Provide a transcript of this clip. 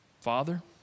Father